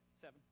seven